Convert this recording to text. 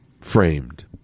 framed